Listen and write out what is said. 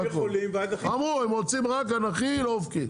ברור, הם יכולים רק אנכי, לא אופקי.